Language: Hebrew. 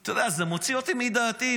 אתה יודע, זה מוציא אותי מדעתי.